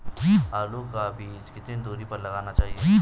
आलू का बीज कितनी दूरी पर लगाना चाहिए?